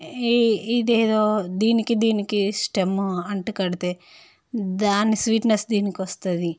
ఈ ఇదేదో దీనికి దీనికి స్టెమ్ అంటుకడితే దాని స్వీట్నెస్ దీని కొస్తుంది